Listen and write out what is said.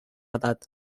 edat